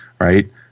right